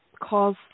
cause